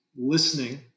listening